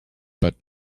but